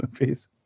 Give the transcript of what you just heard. movies